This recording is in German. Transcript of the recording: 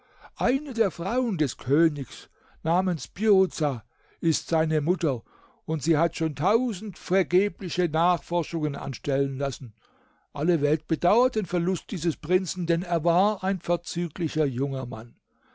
eine der frauen des königs namens piruza ist seine mutter und sie hat schon tausend vergebliche nachforschungen anstellen lassen alle welt bedauert den verlust dieses prinzen denn er war ein vorzüglicher junger mann